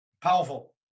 powerful